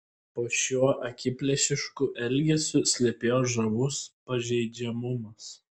po šiuo akiplėšišku elgesiu slypėjo žavus pažeidžiamumas